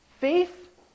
Faith